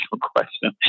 question